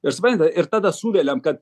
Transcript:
ir suprantat ir tada suveliam kad